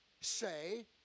say